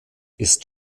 ist